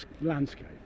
landscape